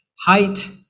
height